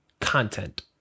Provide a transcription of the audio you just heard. content